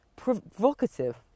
Provocative